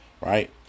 Right